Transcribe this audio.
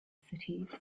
cities